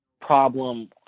problem